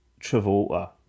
Travolta